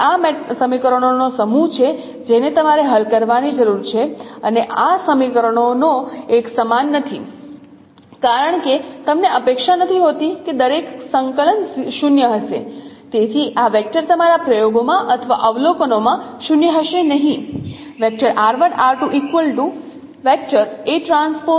તેથી આ સમીકરણોનો સમૂહ છે જેને તમારે હલ કરવાની જરૂર છે અને આ સમીકરણોનો એક સમાન નથી કારણ કે તમને અપેક્ષા નથી હોતી કે દરેક સંકલન 0 હશે તેથી આ વેક્ટર તમારા પ્રયોગોમાં અથવા અવલોકનોમાં 0 હશે નહીં